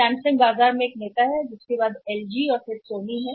Samsung बाजार में एक नेता है जिसके बाद एलजी और फिर सोनी है